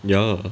ya